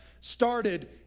started